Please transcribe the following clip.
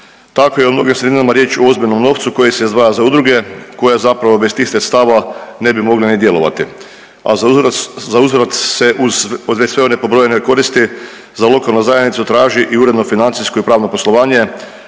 Takve odluke jer je riječ o ozbiljnom novcu koji se izdvaja za udruge koje zapravo bez tih sredstava ne bi mogle ni djelovati, a zauzvrat se uz sve one pobrojene koristi za lokalnu zajednicu traži i uredno financijsko i pravno poslovanje